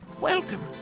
Welcome